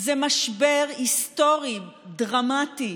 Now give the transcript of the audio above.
זה משבר היסטורי דרמטי